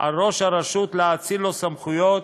על ראש הרשות להאציל לו סמכויות,